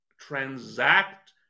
transact